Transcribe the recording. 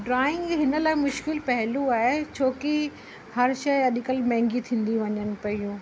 drawing हिन लाइ मुश्किल पेहलू आहे छोकी हर शइ अॼुकल्ह महांगी थींदी वञनि पियूं